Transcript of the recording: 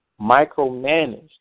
micromanaged